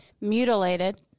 mutilated